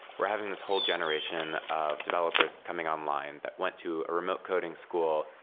we're having this whole generation of developers coming online that went to a remote coding school.